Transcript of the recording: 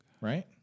Right